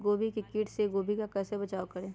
गोभी के किट से गोभी का कैसे बचाव करें?